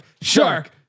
Shark